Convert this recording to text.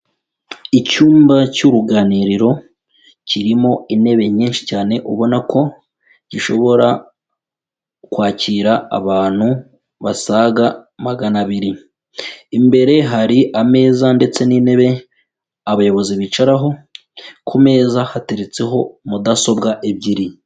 Icyumba cy'uruganiriro kirimo intebe nyinshi cyane ubona ko gishobora kwakira abantu basaga magana abiri; imbere hari ameza ndetse n'intebe abayobozi bicaraho, ku meza hateretseho mudasobwa ebyiri.